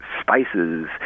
spices